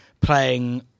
playing